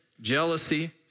jealousy